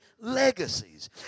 legacies